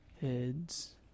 Heads